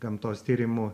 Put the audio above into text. gamtos tyrimų